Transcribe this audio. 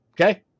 Okay